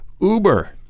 Uber